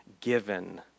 given